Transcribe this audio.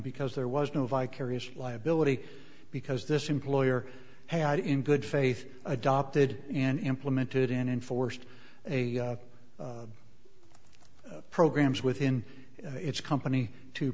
because there was no vicarious liability because this employer had in good faith adopted and implemented in enforced a programs within its company to